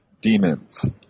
demons